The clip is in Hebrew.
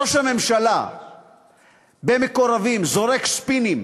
ראש הממשלה לפני מקורבים זורק ספינים